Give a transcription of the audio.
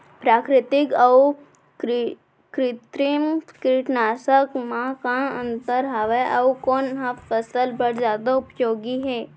प्राकृतिक अऊ कृत्रिम कीटनाशक मा का अन्तर हावे अऊ कोन ह फसल बर जादा उपयोगी हे?